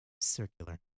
Circular